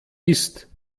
ist